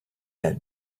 had